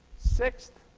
sixth,